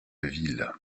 ville